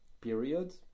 period